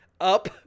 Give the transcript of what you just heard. Up